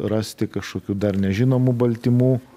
rasti kažkokių dar nežinomų baltymų